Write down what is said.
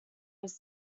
his